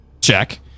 check